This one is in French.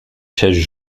chaises